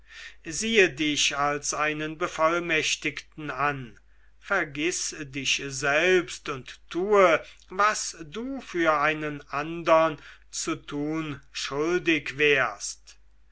siehe dich als einen bevollmächtigten an vergiß dich selbst und tue was du für einen andern zu tun schuldig wärst